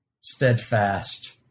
steadfast